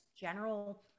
general